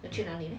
the 去哪里